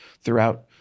throughout